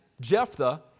Jephthah